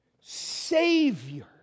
Savior